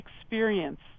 experience